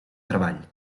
treball